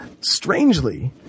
strangely